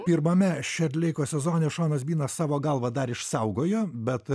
pirmame šerdleiko sezone šonas bynas savo galvą dar išsaugojo bet